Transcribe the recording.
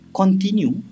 continue